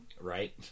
Right